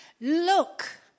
look